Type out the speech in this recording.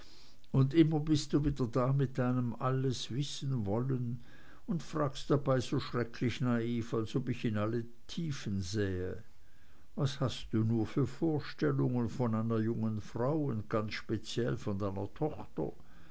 und immer bist du wieder da mit deinem alleswissenwollen und fragst dabei so schrecklich naiv als ob ich in alle tiefen sähe was hast du nur für vorstellungen von einer jungen frau und ganz speziell von deiner tochter